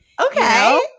okay